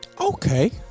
okay